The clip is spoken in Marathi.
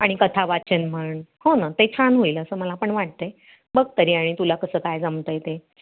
आणि कथा वाचन म्हण हो ना ते छान होईल असं मला पण वाटतं आहे बघ तरी आणि तुला कसं काय जमतं आहे ते